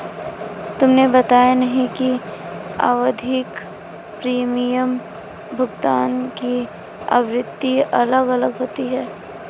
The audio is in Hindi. तुमने बताया नहीं कि आवधिक प्रीमियम भुगतान की आवृत्ति अलग अलग होती है